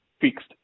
fixed